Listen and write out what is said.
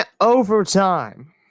overtime